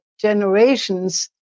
generations